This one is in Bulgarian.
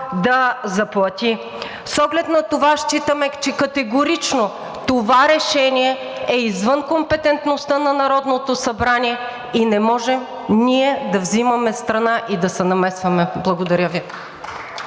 да заплати. С оглед на това считаме, че категорично това решение е извън компетентността на Народното събрание и не можем ние да взимаме страна и да се намесваме. Благодаря Ви.